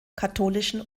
katholischen